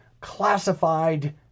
classified